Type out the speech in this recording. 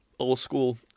old-school